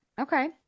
Okay